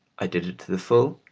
i did it to the full,